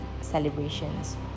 celebrations